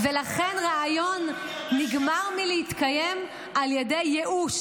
לכן רעיון נגמר מלהתקיים על ידי ייאוש.